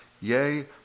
yea